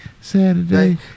Saturday